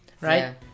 right